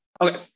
Okay